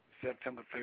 September